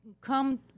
come